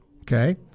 Okay